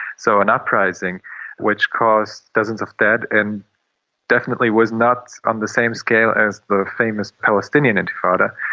so an uprising which caused dozens of dead and definitely was not on the same scale as the famous palestinian intifada,